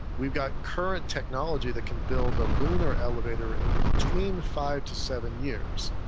we've got current technology that can build a lunar elevator in between five to seven years.